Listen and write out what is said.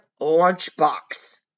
lunchbox